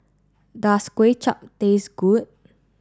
does Kway Chap taste good